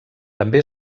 també